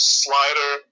slider